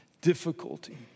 difficulty